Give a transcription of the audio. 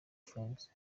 friends